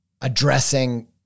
addressing